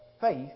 faith